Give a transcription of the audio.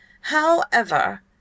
However—